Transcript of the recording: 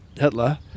Hitler